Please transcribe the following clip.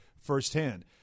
firsthand